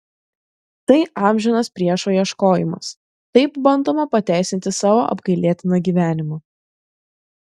tai amžinas priešo ieškojimas taip bandoma pateisinti savo apgailėtiną gyvenimą